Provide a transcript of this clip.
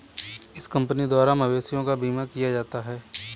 इस कंपनी द्वारा मवेशियों का बीमा किया जाता है